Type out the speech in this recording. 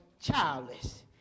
childless